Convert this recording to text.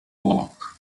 walk